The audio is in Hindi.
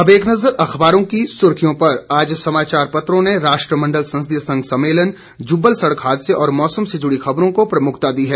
अब एक नज़र अखबारों की सुर्खियों पर आज समाचार पत्रों ने राष्ट्रमंडल संसदीय संघ सम्मेलन जुब्बल सड़क हादसे और मौसम से जुड़ी खबरों को प्रमुखता दी है